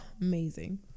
amazing